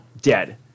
dead